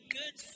good